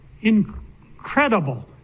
incredible